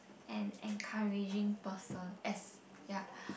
and encouraging person as ya